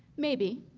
maybe,